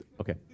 Okay